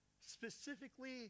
specifically